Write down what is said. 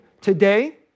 today